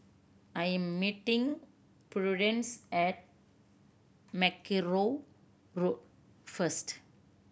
I am meeting Prudence at Mackerrow Road first